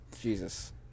Jesus